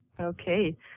Okay